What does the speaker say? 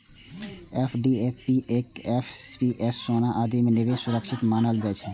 FD, PPF, NPS, सोना आदि मे निवेश सुरक्षित मानल जाइ छै